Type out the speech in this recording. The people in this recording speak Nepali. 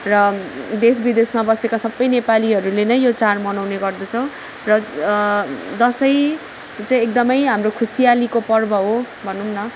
र देश विदेशमा बसेका सबै नेपालीहरूले नै यो चाड मनाउने गर्दछ र दसैँ चाहिँ एकदम हाम्रो खुसियालीको पर्व हो भनौँ न